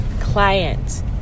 client